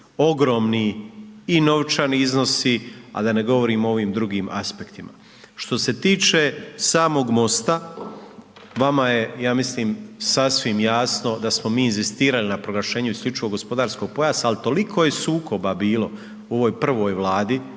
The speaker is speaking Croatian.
ogromni i novčani iznosi, a da ne govorim o ovim drugim aspektima. Što se tiče samog MOST-a, vama je, ja mislim, sasvim jasno da smo mi inzistirali na proglašenju IGP-a, ali toliko je sukoba bilo u ovoj prvoj Vladi